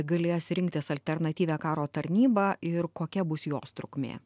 galės rinktis alternatyvią karo tarnybą ir kokia bus jos trukmė